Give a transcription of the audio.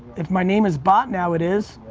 if my name is bot now, it is.